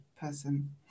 person